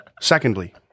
Secondly